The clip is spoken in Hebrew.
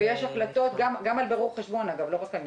שתיים, בכל חשבונית, קבלה או הודעת תשלום